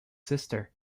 sister